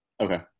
Okay